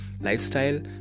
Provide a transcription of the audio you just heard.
lifestyle